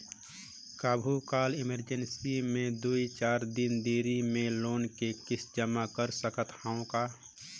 कभू काल इमरजेंसी मे दुई चार दिन देरी मे लोन के किस्त जमा कर सकत हवं का?